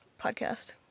podcast